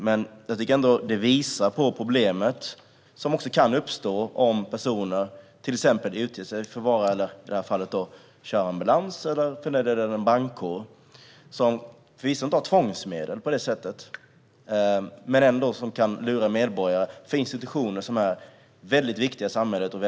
Men jag tycker ändå att detta visar på det problem som kan uppstå om personer till exempel utger sig för att vara ambulansförare eller för den delen tillhöra brandkåren. De har förvisso inte tvångsmedel, men detta kan ändå lura medborgare när det gäller institutioner som är viktiga och centrala i samhället.